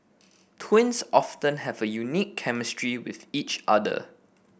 twins often have a unique chemistry with each other